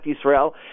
Israel